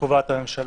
שקובעת הממשלה.